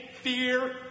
fear